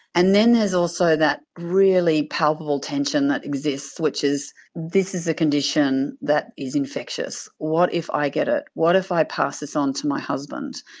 and then there's also that really palpable tension that exists which is this is a condition that is infectious, what if i get it, what if i pass this on to my husband?